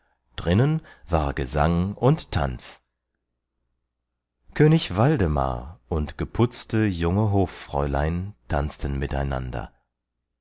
drinnen war gesang und tanz könig waldemar und geputzte junge hoffräulein tanzten mit